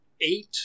eight